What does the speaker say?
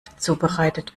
zubereitet